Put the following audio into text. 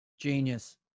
Genius